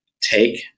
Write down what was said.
take